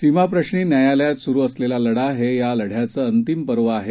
सीमाप्रश्नीन्यायालयातसुरुअसलेलालढा हेयालढ्याचंअंतिमपर्वआहे